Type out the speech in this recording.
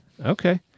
Okay